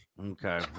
Okay